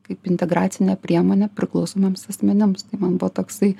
kaip integracinė priemonė priklausomiems asmenims tai man buvo toksai